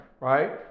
right